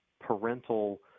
parental